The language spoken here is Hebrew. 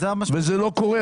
זה המשמעות --- וזה לא קורה.